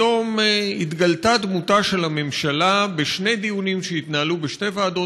היום התגלתה דמותה של הממשלה בשני דיונים שהתנהלו בשתי ועדות,